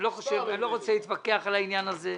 אני לא רוצה להתווכח על העניין הזה.